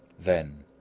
then,